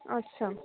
আচ্ছা